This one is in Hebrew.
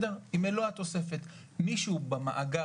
מי שהוא במאגר,